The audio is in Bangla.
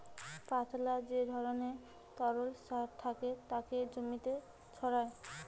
পাতলা যে ধরণের তরল সার থাকে তাকে জমিতে ছড়ায়